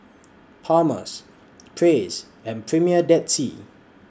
Palmer's Praise and Premier Dead Sea